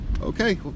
okay